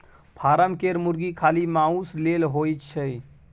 form केर मुरगी खाली माउस लेल होए छै